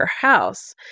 house